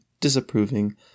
disapproving